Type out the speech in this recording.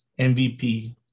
MVP